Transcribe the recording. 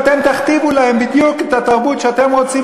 ואתם תכתיבו להם בדיוק את התרבות שאתם רוצים.